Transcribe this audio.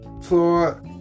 Floor